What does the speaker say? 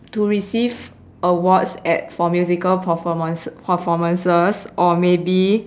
to receive awards at for musical performance performances or maybe